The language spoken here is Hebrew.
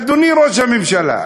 אדוני ראש הממשלה,